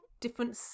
different